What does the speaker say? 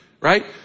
Right